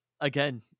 again